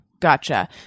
Gotcha